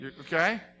Okay